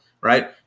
right